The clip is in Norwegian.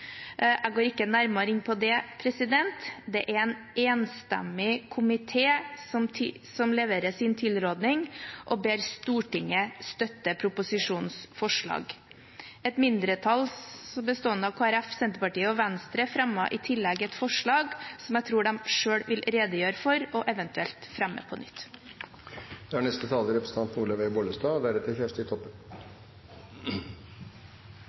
Jeg går ikke nærmere inn på det. Det er en enstemmig komité som leverer sin tilrådning og ber Stortinget støtte proposisjonens forslag. Et mindretall bestående av Kristelig Folkeparti, Senterpartiet og Venstre har i tillegg et forslag som jeg tror de selv vil redegjøre for og eventuelt fremme Lovendringene som vi vedtar i dag, er